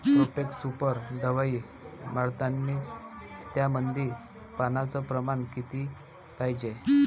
Profex Super दवाई मारतानी त्यामंदी पान्याचं प्रमाण किती पायजे?